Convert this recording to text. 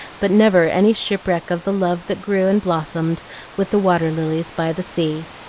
but never any shipwreck of the love that grew and blossomed with the water-lilies by the sea.